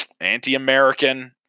anti-American